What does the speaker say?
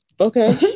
okay